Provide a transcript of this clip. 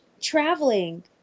Traveling